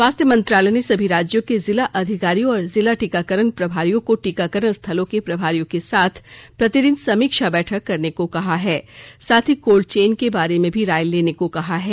स्वास्थ्य मंत्रालय ने सभी राज्यों के जिला अधिकारियों और जिला टीकाकरण प्रभारियों को टीकाकरण स्थलों के प्रभारियों के साथ प्रतिदिन समीक्षा बैठक करने को कहा है साथ ही कोल्ड चेन के बारे में भी राय लेने को कहा गया है